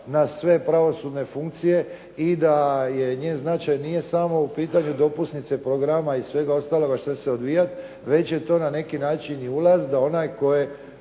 na sve pravosudne funkcije i da njen značaj nije samo u pitanju dopusnice programa i svega onoga što će se odvijati već je to na neki način ulaz da onaj tko je